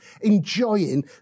enjoying